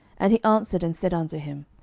and he answered and said unto him,